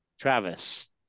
Travis